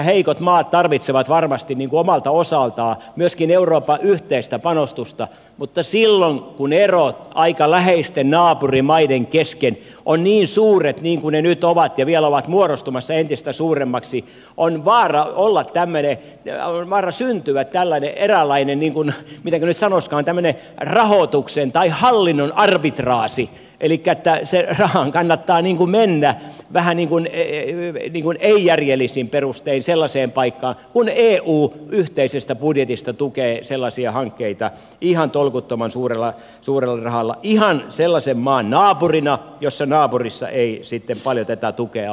heikot maat tarvitsevat varmasti omalta osaltaan myöskin euroopan yhteistä panostusta mutta silloin kun erot aika läheisten naapurimaiden kesken ovat niin suuret niin kuin ne nyt ovat ja vielä ovat muodostumassa entistä suuremmiksi on vaara syntyä tällainen eräänlainen mitenkä nyt sanoisikaan rahoituksen tai hallinnon arbitraasi elikkä sen rahan kannattaa mennä vähän niin kuin ei järjellisin perustein sellaiseen paikkaan kun eu yhteisestä budjetista tukee sellaisia hankkeita ihan tolkuttoman suurella rahalla ihan sellaisen maan naapurina jossa naapurissa ei sitten paljon tätä tukea ole